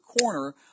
corner